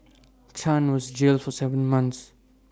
chan was jailed for Seven months